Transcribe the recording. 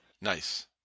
Nice